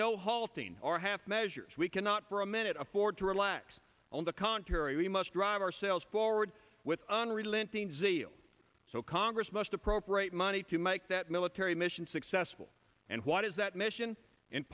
no halting or half measures we cannot for a minute afford to relax on the contrary we must drive ourselves forward with unrelenting zeal so congress must appropriate money to make that military mission successful and what is that mission in